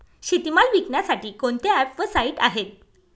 शेतीमाल विकण्यासाठी कोणते ॲप व साईट आहेत?